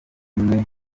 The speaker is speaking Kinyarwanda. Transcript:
umwe